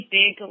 big